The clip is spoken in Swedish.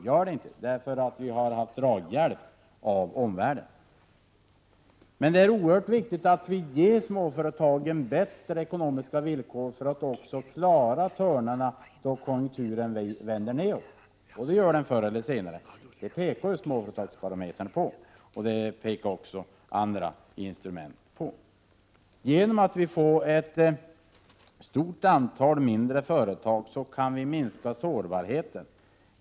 Det är inte jag, därför att vi har fått draghjälp av omvärlden. Det är oerhört viktigt att vi ger småföretagen bättre ekonomiska villkor för att också de skall kunna klara törnarna då konjunkturen vänder ned, och det gör den förr eller senare. Det pekar ju småföretagsbarometern på, och även andra instrument. Om vi får ett stort antal mindre företag kan vi minska sårbarheten.